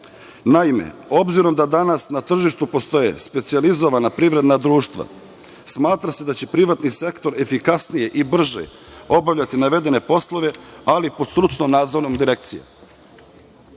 Naime, obzirom da danas na tržištu postoje specijalizovana privredna društva, smatra se da će privatni sektor efikasnije i brže obavljati navedene poslove, ali pod nadzorom Direkcije. Primena